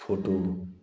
photo